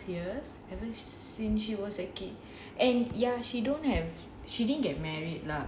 twenty plus years ever since she was a kid and ya she don't have she didn't get married lah